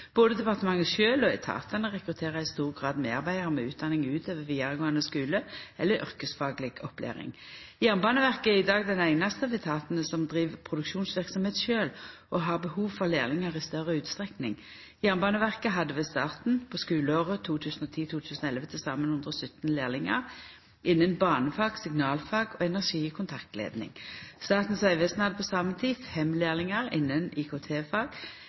Både departementet sjølv og etatane rekrutterer i stor grad medarbeidarar med utdanning utover vidaregåande skule eller yrkesfagleg opplæring. Jernbaneverket er i dag den einaste av etatane som driv produksjonsverksemd sjølv og har behov for lærlingar i større utstrekning. Jernbaneverket hadde ved starten på skuleåret 2010–2011 til saman 117 lærlingar innan banefag, signalfag og energi/kontaktledning. Statens vegvesen hadde på same tid fem lærlingar innan